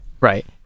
Right